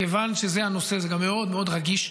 כיוון שזה הנושא זה גם מאוד מאוד רגיש,